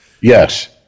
Yes